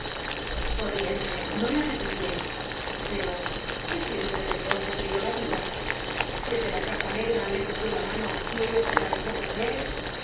corriente no la repetiré pero qué quiere usted entonces que yo la diga si el de la capa negra le cogió la mano y ella se la dejó coger